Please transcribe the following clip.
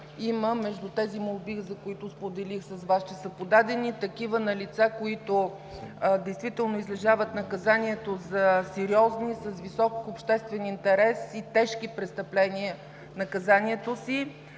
между тези молби, за които споделих с Вас, че са подадени такива на лица, които действително излежават наказанието си за сериозни, с висок обществен интерес и тежки престъпления най-общо те са